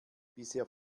bisher